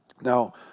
Now